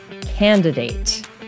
Candidate